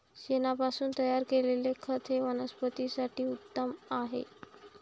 शेणापासून तयार केलेले खत हे वनस्पतीं साठी उत्तम आहे